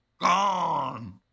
gone